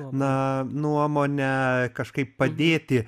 na nuomonę kažkaip padėti